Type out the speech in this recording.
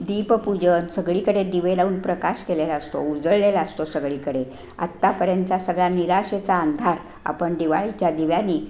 दीपपूजन सगळीकडे दिवे लावून प्रकाश केलेला असतो उजळलेला असतो सगळीकडे आत्तापर्यंतचा सगळा निराशेचा अंधार आपण दिवाळीच्या दिव्यांनी